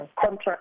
contract